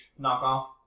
knockoff